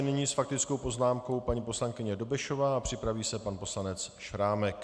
Nyní s faktickou poznámkou paní poslankyně Dobešová a připraví se pan poslanec Šrámek.